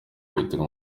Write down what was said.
petero